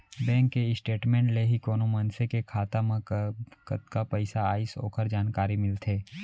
bank के statement ले ही कोनो मनसे के खाता मा कब कतका पइसा आइस ओकर जानकारी मिलथे